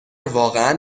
واقعا